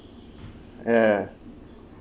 ya ya